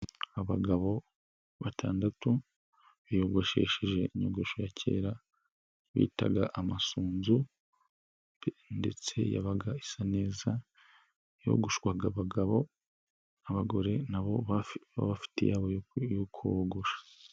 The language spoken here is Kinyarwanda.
Abagabo batandatu, biyogosheshe inyogosho ya kera bitaga amasunzu ndetse yabaga isa neza, yogoshwaga abagabo abagore na bo bafite iyabo yo kubogosha.